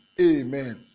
amen